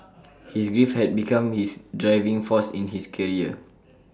his grief had become his driving force in his career